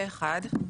פה אחד.